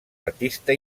artista